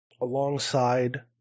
alongside